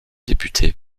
député